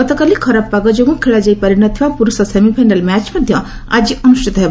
ଗତକାଲି ଖରାପ ପାଗ ଯୋଗୁଁ ଖେଳାଯାଇ ପାରି ନ ଥିବା ପୁରୁଷ ସେମିଫାଇନାଲ୍ ମଧ୍ୟ ଆଜି ଅନୁଷ୍ଠିତ ହେବ